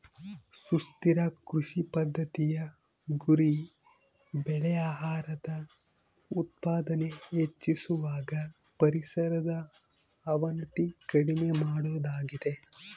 ಸುಸ್ಥಿರ ಕೃಷಿ ಪದ್ದತಿಯ ಗುರಿ ಬೆಳೆ ಆಹಾರದ ಉತ್ಪಾದನೆ ಹೆಚ್ಚಿಸುವಾಗ ಪರಿಸರದ ಅವನತಿ ಕಡಿಮೆ ಮಾಡೋದಾಗಿದೆ